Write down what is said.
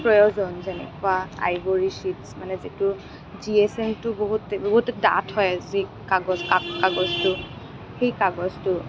প্ৰয়োজন যেনেকুৱা ivory shades মানে যিটো জি এছ এমটো বহুত বহুত ডাঠ হয় যি কাগজ কাগজটো সেই কাগজটো